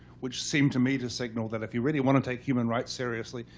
which seemed to me to signal that if you really want to take human rights seriously,